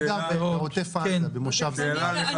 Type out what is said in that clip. אני גר בעוטף עזה, במושב זמרת.